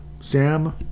Sam